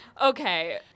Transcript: Okay